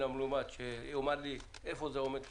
המלומד שהוא יאמר לי איפה זה עומד מבחינתו,